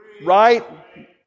Right